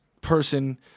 person